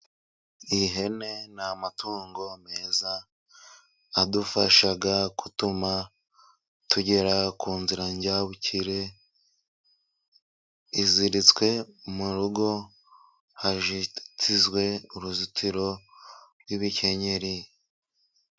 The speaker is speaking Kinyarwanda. Iyi hene ni amatungo meza adufasha gutuma tugera ku nzira njyabukire, iziritswe mu rugo hazitizwe uruzitiro rw'ibikenyeri.